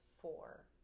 four